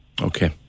Okay